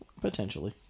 potentially